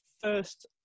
first